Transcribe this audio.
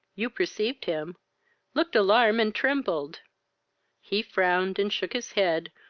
you perceived him looked alarmed, and trembled he frowned, and shook his head,